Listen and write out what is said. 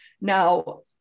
Now